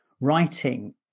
writing